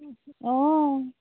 অঁ